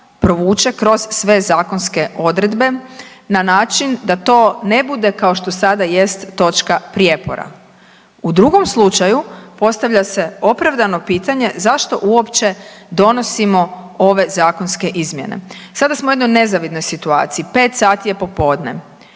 kroz sve zakonske odredbe na način da to ne bude kao što sada jest točka prijepora. U drugom slučaju postavlja se opravdano pitanje zašto uopće donosimo ove zakonske izmjene. Sada smo u jednoj nezavidnoj situaciji, 5 sati je popodne,